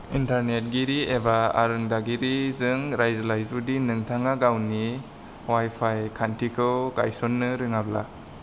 इन्टारनेटगिरि एबा आरोंदागिरिजों रायज्लाय जुदि नोंथाङा गावनि अवाइ फाइ खान्थिखौ गायस'ननो रोङाब्ला